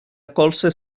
accolse